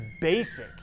basic